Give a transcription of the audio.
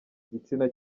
igitsina